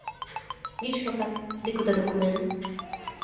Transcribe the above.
ᱜᱨᱤᱥᱥᱚ ᱠᱟᱞ ᱫᱤᱠᱩ ᱛᱮᱫᱚ ᱠᱚ ᱢᱮᱱᱟ